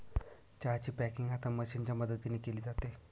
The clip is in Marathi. चहा ची पॅकिंग आता मशीनच्या मदतीने केली जाते